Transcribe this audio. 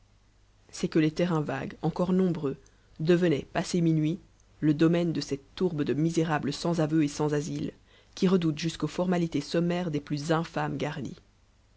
c'est que les terrains vagues encore nombreux devenaient passé minuit le domaine de cette tourbe de misérables sans aveu et sans asile qui redoutent jusqu'aux formalités sommaires des plus infâmes garnis